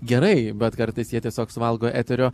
gerai bet kartais jie tiesiog suvalgo eterio